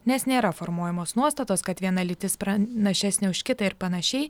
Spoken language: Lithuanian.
nes nėra formuojamos nuostatos kad viena lytis pranašesnė už kitą ir panašiai